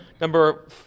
Number